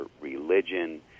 religion